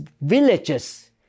villages